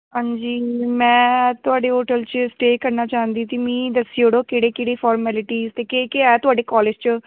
हां जी में तोआढ़े होटल च स्टे करना चांह्दी ही ते मीं दस्सो ओड़ो केह्ड़ी केह्ड़ी फार्मल्टीस ते केह् केह् ऐ तोआढ़े कालेज च